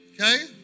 okay